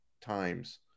times